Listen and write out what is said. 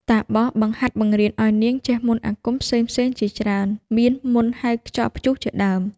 តាបស បង្ហាត់បង្រៀនឱ្យនាងចេះមន្តអាគមផ្សេងៗជាច្រើន មានមន្តហៅខ្យល់ព្យុះជាដើម ។